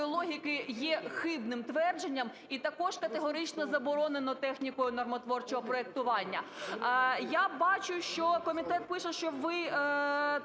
логіки є хибним твердженням і також категорично заборонено технікою нормотворчого проектування. Я бачу, що комітет пише, що ви